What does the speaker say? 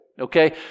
Okay